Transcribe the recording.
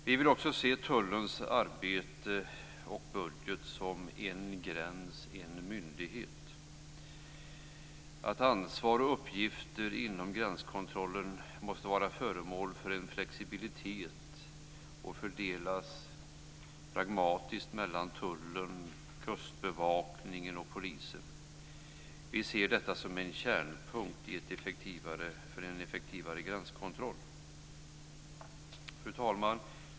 Vi vill också se på tullens arbete och budget som: En gräns - en myndighet. Ansvar och uppgifter inom gränskontrollen måste vara föremål för en flexibilitet och fördelas pragmatiskt mellan tullen, kustbevakningen och polisen. Vi ser detta som en kärnpunkt för en effektivare gränskontroll. Fru talman!